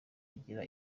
agira